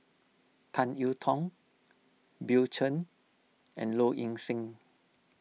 Tan you Tong Bill Chen and Low Ing Sing